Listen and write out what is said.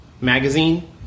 Magazine